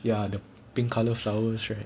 ya the pink colour flowers right